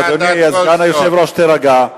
אדוני, סגן היושב-ראש, תירגע.